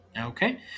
Okay